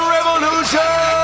Revolution